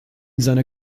seiner